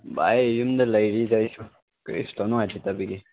ꯕꯥꯏ ꯌꯨꯝꯗ ꯂꯩꯔꯤꯗ ꯑꯩꯁꯨ ꯀꯔꯤꯁꯨ ꯇꯧꯅꯤꯡꯉꯥꯏ ꯂꯩꯇꯕꯒꯤ